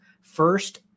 first